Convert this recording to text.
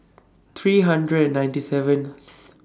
three hundred and ninety seventh